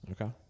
Okay